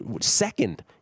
second